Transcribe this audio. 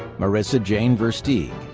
marisa jane versteegh,